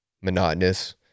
monotonous